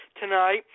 tonight